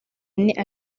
ane